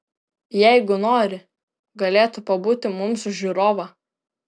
jeigu nori galėtų pabūti mums už žiūrovą